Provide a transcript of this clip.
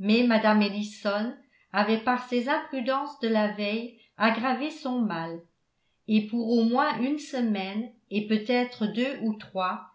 mais mme ellison avait par ses imprudences de la veille aggravé son mal et pour au moins une semaine et peut-être deux ou trois elle